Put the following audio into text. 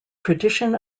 tradition